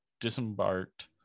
disembarked